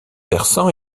versant